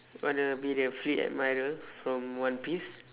wanna be the fleet admiral from one piece